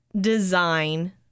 design